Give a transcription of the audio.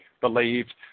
believed